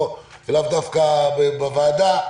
לאו דווקא בוועדה,